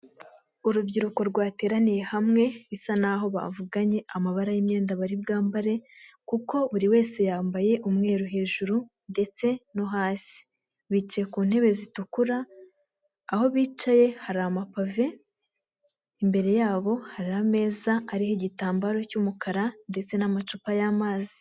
Urubyiruko rwateraniye hamwe, bisa n'aho bavuganye amabara y'imyenda bari bwambare, kuko buri wese yambaye umweru hejuru ndetse no hasi. Bicaye ku ntebe zitukura, aho bicaye hari amapave, imbere yabo hari ameza ariho igitambaro cy'umukara ndetse n'amacupa y'amazi.